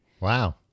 wow